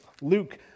Luke